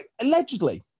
allegedly